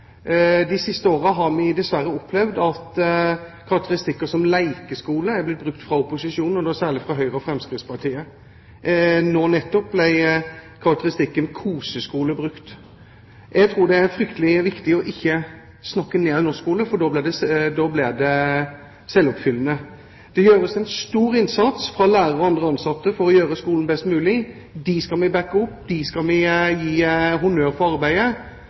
de siste årene har vi dessverre opplevd at karakteristikker som «lekeskole» er blitt brukt fra opposisjonen, da særlig fra Høyre og Fremskrittspartiet. Nå nettopp ble karakteristikken «koseskole» brukt. Jeg tror det er fryktelig viktig å ikke snakke ned norsk skole, for da blir det selvoppfyllende. Det gjøres en stor innsats fra lærere og andre ansatte for å gjøre skolen best mulig. Dem skal vi backe opp, dem skal vi gi honnør og ikke nedvurdere det arbeidet